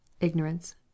ignorance